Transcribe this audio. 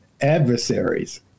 adversaries